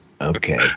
okay